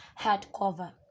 hardcover